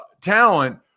talent